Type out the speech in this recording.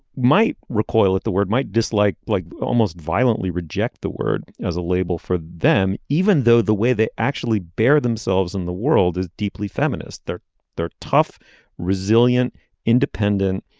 might recoil at the word might dislike like almost violently reject the word as a label for them even though the way they actually bear themselves in the world is deeply feminist. they're they're tough resilient independent